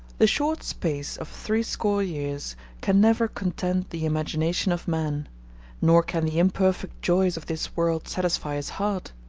the short space of threescore years can never content the imagination of man nor can the imperfect joys of this world satisfy his heart.